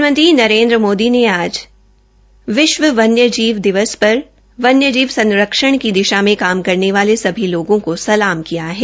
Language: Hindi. प्रधानमंत्री नरेन्द्र मोदी ने आज विश्व वन्य जीव दिवस पर वन्य जीव संरक्षण की दिशा में काम करने वाले सभी लोगों को सलाम किया है